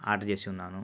order చేసి ఉన్నాను